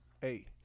Hey